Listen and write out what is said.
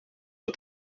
but